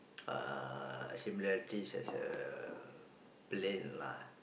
uh similarities as a plane lah